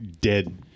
dead